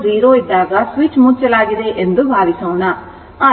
t 0 ಇದ್ದಾಗ switch ಮುಚ್ಚಲಾಗಿದೆ ಎಂದು ಭಾವಿಸೋಣ